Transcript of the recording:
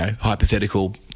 hypothetical